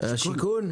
משרד הבינוי והשיכון?